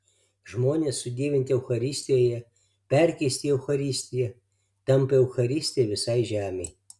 žmonės sudievinti eucharistijoje perkeisti į eucharistiją tampa eucharistija visai žemei